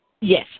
Yes